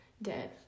dead